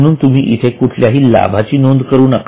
म्हणून तुम्ही इथे कुठल्याही लाभाची नोंद करू नका